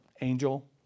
angel